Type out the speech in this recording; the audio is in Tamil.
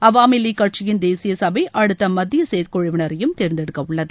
அவாமி லீக் கட்சியின் தேசிய சபை அடுத்த மத்திய செயற்குழவினரையும் தேர்ந்தெடுக்கவுள்ளது